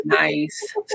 nice